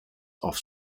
off